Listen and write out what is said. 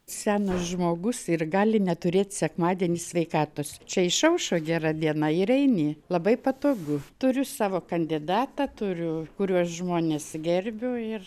senas žmogus ir gali neturėt sekmadienį sveikatos čia išaušo gera diena ir eini labai patogu turiu savo kandidatą turiu kuriuos žmones gerbiu ir